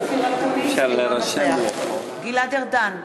אינו נוכח גלעד ארדן,